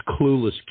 clueless